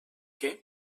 què